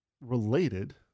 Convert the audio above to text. related